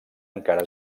encara